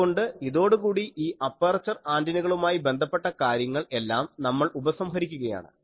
അതുകൊണ്ട് ഇതോടുകൂടി ഈ അപ്പർച്ചർ ആൻറിനകളുമായി ബന്ധപ്പെട്ട കാര്യങ്ങൾ എല്ലാം നമ്മൾ ഉപസംഹരിക്കുകയാണ്